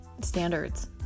standards